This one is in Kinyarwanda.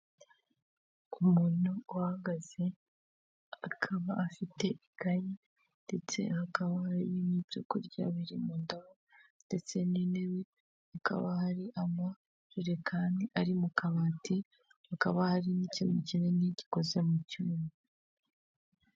Umuntu uhagaze akaba afite ikayi ndetse hakaba hari n’ibyo kurya biri mu ndobo ndetse n'intebe, hakaba hari amajerekani ari mu kabati, hakaba hari n'ikintu kinini gikoze mu cyuyuma.